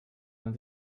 man